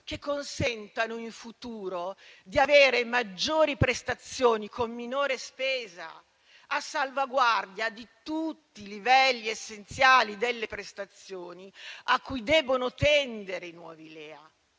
che consentano in futuro di avere maggiori prestazioni con minore spesa a salvaguardia di tutti i livelli essenziali delle prestazioni a cui devono tendere i nuovi LEA,